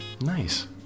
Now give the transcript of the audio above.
Nice